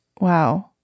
Wow